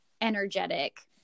energetic